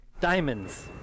Diamonds